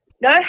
No